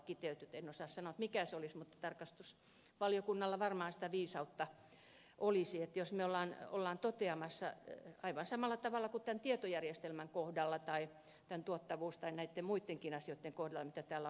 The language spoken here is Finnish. en osaa sanoa mikä se muoto olisi mutta tarkastusvaliokunnalla varmaan sitä viisautta olisi jos me olemme tämän toteamassa aivan samalla tavoin kuin tietojärjestelmien kohdalla tai tuottavuus tai muittenkin asioiden kohdalla mitä täällä on nostettu esille